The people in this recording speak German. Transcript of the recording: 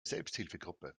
selbsthilfegruppe